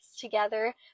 together